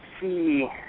see